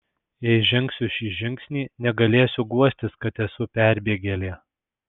jei žengsiu šį žingsnį negalėsiu guostis kad esu perbėgėlė